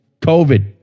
COVID